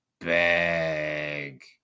bag